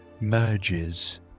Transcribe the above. merges